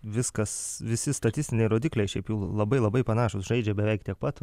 viskas visi statistiniai rodikliai šiaip jau labai labai panašūs žaidžia beveik tiek pat